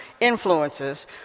influences